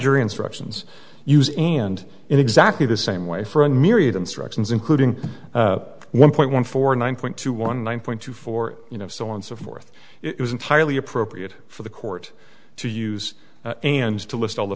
jury instructions using the end in exactly the same way for a myriad instructions including one point one four nine point two one one point two for you know so on so forth it was entirely appropriate for the court to use and to list all the